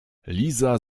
liza